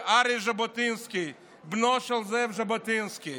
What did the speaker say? וארי ז'בוטינסקי, בנו של זאב ז'בוטינסקי.